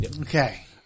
Okay